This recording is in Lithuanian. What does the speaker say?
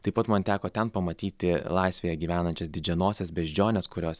taip pat man teko ten pamatyti laisvėje gyvenančias didžianoses beždžiones kurios